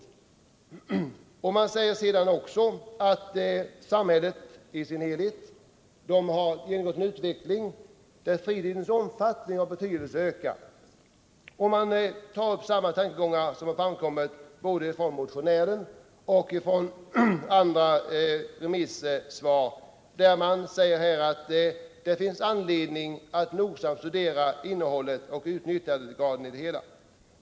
Man säger sedan också att samhället i sin helhet har genomgått en utveckling där fritidens omfattning och betydelse ökat. Man tar upp samma tankegångar som kommit fram både från motionärerna och i remisssvar. Man säger att det finns anledning att nogsamt studera innehållet och utnyttjandegraden.